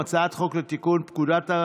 18. הצעת חוק סיוע לנפגעי